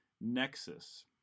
Nexus